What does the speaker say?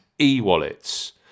e-wallets